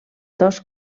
dos